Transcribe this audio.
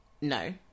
no